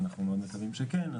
ואנחנו מאוד מקווים שכן,